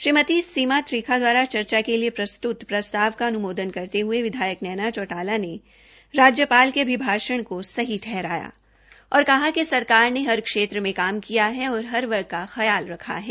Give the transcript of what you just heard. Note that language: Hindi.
श्रीमती सीमा त्रिखा द्वारा चर्चा के लिए प्रस्तृत प्रस्ताव का अन्मोदन करते हये विधायक नैना चौटाला ने राज्यपाल के अभिभाषण को सही ठहराया और कहा कि सरकार ने हर क्षेत्र में काम किया है और हर वर्ग का ख्याल रखा है